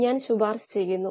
എന്താണ് ആവശ്യം